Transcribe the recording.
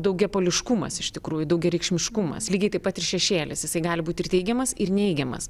daugiapoliškumas iš tikrųjų daugiareikšmiškumas lygiai taip pat ir šešėlis jisai gali būt ir teigiamas ir neigiamas